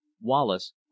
wallace